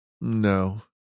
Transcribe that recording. no